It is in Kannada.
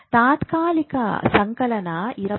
ತಾತ್ಕಾಲಿಕ ಸಂಕಲನ ಇರಬಹುದು